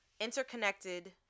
interconnected